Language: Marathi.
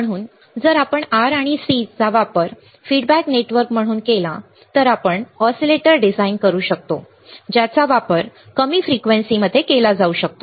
म्हणून जर आपण R आणि C चा वापर फीडबॅक नेटवर्क म्हणून केला तर आपण ऑसिलेटर डिझाइन करू शकतो ज्याचा वापर कमी फ्रिक्वेन्सीमध्ये केला जाऊ शकतो